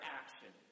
action